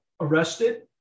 arrested